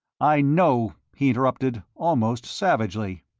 i know! he interrupted, almost savagely.